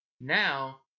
Now